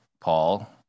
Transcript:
Paul